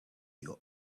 you